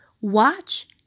watch